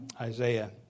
Isaiah